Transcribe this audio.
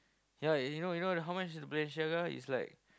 yeah you know you know the how much the Balenciaga it's like